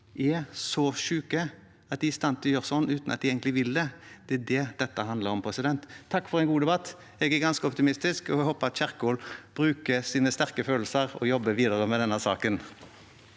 er så syke at de er i stand til å gjøre sånne ting uten at de egentlig vil det. Det er det dette handler om. Takk for en god debatt. Jeg er ganske optimistisk, og jeg håper at Kjerkol bruker sine sterke følelser og jobber videre med denne saken.